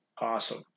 Awesome